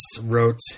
wrote